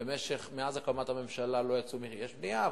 שמאז הקמת הממשלה יש בנייה,